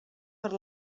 per